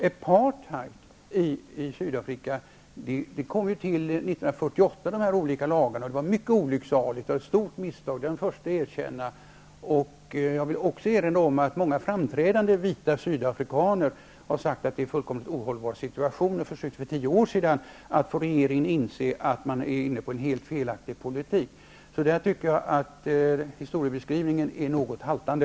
Apartheid i Sydafrika, de olika lagarna, kom till 1948. Det var mycket olycksaligt, ett stort misstag. Det är jag den förste att erkänna. Jag vill också erinra om att många framträdande vita sydafrikaner har sagt att det är en fullkomligt ohållbar situation och försökte för 10 år sedan få regeringen att inse att den är inne på en helt felaktig politik. Jag tycker att historiebeskrivningen är något haltande.